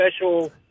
special